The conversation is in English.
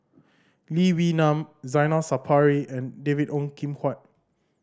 Lee Wee Nam Zainal Sapari and David Ong Kim Huat